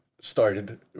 started